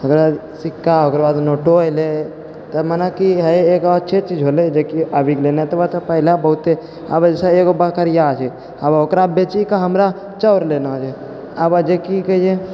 अगर सिक्का ओकर बाद नोटो एलै तऽ मनेकि हइ एक अच्छे चीज भेलै कि आबि गेलै नहि तऽ पहिले बहुत हि आबऽ जइसे एगो बकरिया छै आबऽ ओकरा बेचिके हमरा चाउर लेना छै आबऽ जे कि कहै छै जे